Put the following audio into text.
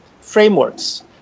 frameworks